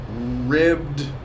ribbed